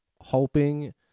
Hoping